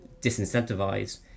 disincentivize